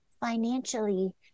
financially